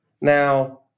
Now